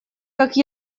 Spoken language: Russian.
как